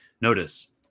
Notice